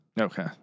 Okay